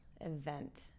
event